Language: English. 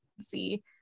see